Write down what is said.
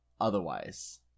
otherwise